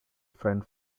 friend